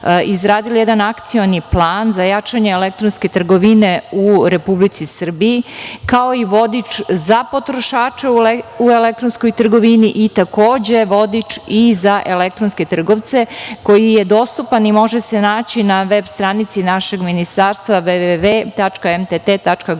izradili jedan akcioni plan za jačanje elektronske trgovine u Republici Srbiji, kao i vodič za potrošače u elektronskoj trgovini i takođe vodič i za elektronske trgovce koji je dostupan i može se naći na veb stranici našeg ministarstva .Ono